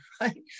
right